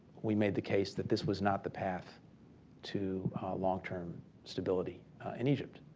we made the case that this was not the path to long-term stability in egypt.